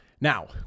Now